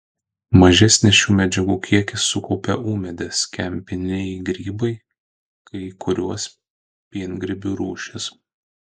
mažesnį šių medžiagų kiekį sukaupia ūmėdės kempininiai grybai kai kurios piengrybių rūšys